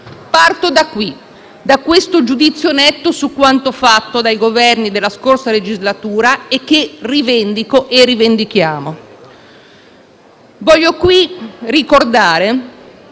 Parto da qui, da questo giudizio netto su quanto fatto dai Governi della scorsa legislatura, che rivendico e rivendichiamo. Voglio qui ricordare